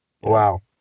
Wow